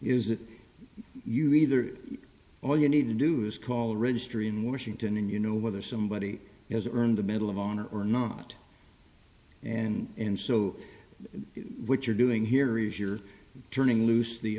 is that you either all you need to do is call registry in washington and you know whether somebody has earned a medal of honor or not and so what you're doing here is you're turning loose the